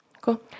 Cool